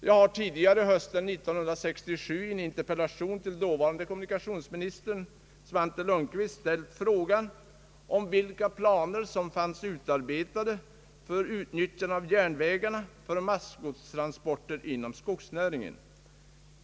Jag har tidigare, hösten 1967, i en interpellation till dåvarande kommunikationsministern Svante Lundkvist ställt frågan vilka planer som fanns utarbetade för utnyttjande av järnvägarna för massgodstransporter inom skogsnäringen.